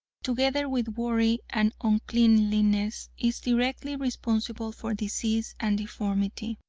together with worry and uncleanliness, is directly responsible for disease and deformity.